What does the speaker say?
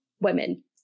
women